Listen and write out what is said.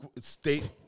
State